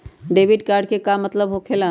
Debit card के का मतलब होकेला?